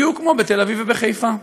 בדיוק כמו בתל-אביב ובחיפה.